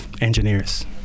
engineers